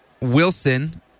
Wilson